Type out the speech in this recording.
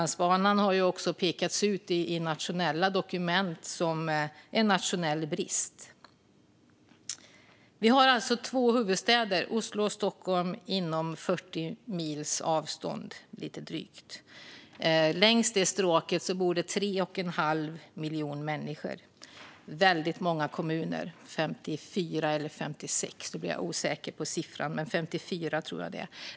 Den har pekats ut i nationella dokument som en brist. Huvudstäderna Oslo och Stockholm ligger på lite drygt 40 mils avstånd från varandra. Det bor 3 1⁄2 miljoner människor längs vägen, och man passerar väldigt många kommuner - 54 stycken tror jag att det är.